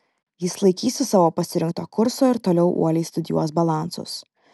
jis laikysis savo pasirinkto kurso ir toliau uoliai studijuos balansus